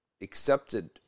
accepted